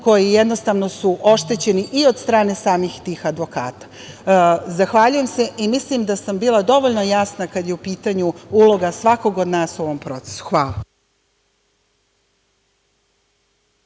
koji su jednostavno oštećeni i od strane samih tih advokata. Zahvaljujem se i mislim da sam bila dovoljno jasna kada je u pitanju uloga svakog od nas u ovom procesu. Hvala.